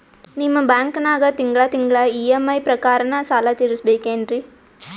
ನಿಮ್ಮ ಬ್ಯಾಂಕನಾಗ ತಿಂಗಳ ತಿಂಗಳ ಇ.ಎಂ.ಐ ಪ್ರಕಾರನ ಸಾಲ ತೀರಿಸಬೇಕೆನ್ರೀ?